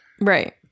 Right